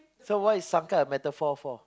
so what is sangkar a metaphor for